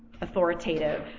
authoritative